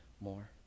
more